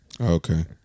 Okay